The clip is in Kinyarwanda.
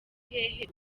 hehe